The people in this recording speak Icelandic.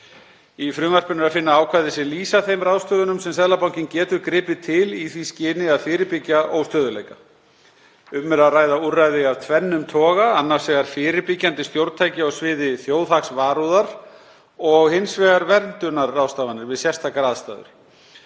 Í frumvarpinu er að finna ákvæði sem lýsa þeim ráðstöfunum sem Seðlabankinn getur gripið til í því skyni að fyrirbyggja óstöðugleika. Um er að ræða úrræði af tvennum toga, annars vegar fyrirbyggjandi stjórntæki á sviði þjóðhagsvarúðar og hins vegar verndunarráðstafanir við sérstakar aðstæður.